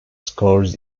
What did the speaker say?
scores